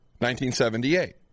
1978